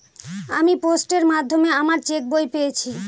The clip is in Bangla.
আমি পোস্টের মাধ্যমে আমার চেক বই পেয়েছি